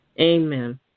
Amen